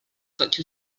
such